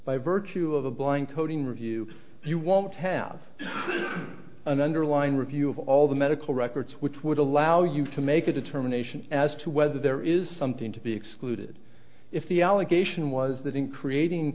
by virtue of the blind coding review you won't have an underlying review of all the medical records which would allow you to make a determination as to whether there is something to be excluded if the allegation was that in creating